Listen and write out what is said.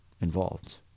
involved